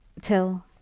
till